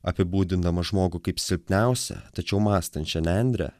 apibūdindamas žmogų kaip silpniausią tačiau mąstančią nendrę